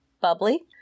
bubbly